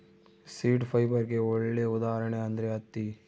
seed ಫೈಬರ್ಗೆ ಒಳ್ಳೆ ಉದಾಹರಣೆ ಅಂದ್ರೆ ಹತ್ತಿ